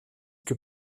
que